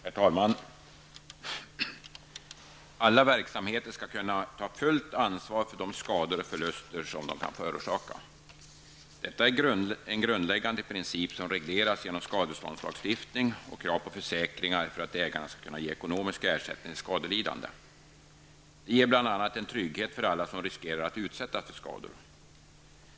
Herr talman! Alla verksamheter skall kunna ta fullt ansvar för de skador och förluster som de kan förorsaka. Detta är en grundläggande princip som regleras genom skadeståndslagstiftning och krav på försäkringar för att ägarna skall kunna ge ekonomisk ersättning till skadelidande. Det ger bl.a. en trygghet för alla som riskerar att utsättas för skador.